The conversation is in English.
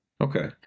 Okay